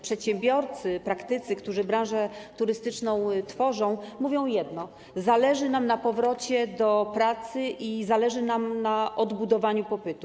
Przedsiębiorcy - praktycy, którzy branżę turystyczną tworzą, mówią jedno: zależy nam na powrocie do pracy i zależy nam na odbudowaniu popytu.